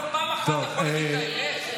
פעם אחת אתה יכול להגיד את האמת?